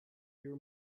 your